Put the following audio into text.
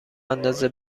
اندازه